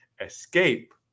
escape